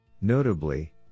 notably